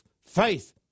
faith